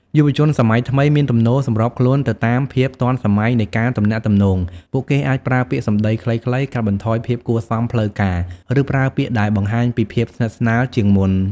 យុវជនសម័យថ្មីមានទំនោរសម្របខ្លួនទៅតាមភាពទាន់សម័យនៃការទំនាក់ទំនង ពួកគេអាចប្រើពាក្យសំដីខ្លីៗ កាត់បន្ថយភាពគួរសមផ្លូវការ ឬប្រើពាក្យដែលបង្ហាញពីភាពស្និទ្ធស្នាលជាងមុន។